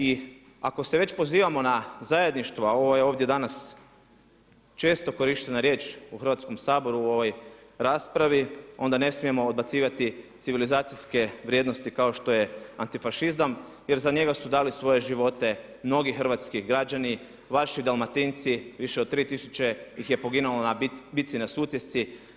I ako se već pozivamo na zajedništvo a ovo je ovdje danas često korištena riječ u Hrvatskom saboru u ovoj raspravi onda ne smijemo odbacivati civilizacijske vrijednosti kao što je antifašizam jer za njega su dali svoje živote mnogi hrvatski građani, vaši Dalmatinci, više od 3 tisuće ih je poginulo na Bitci na Sutjesci.